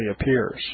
appears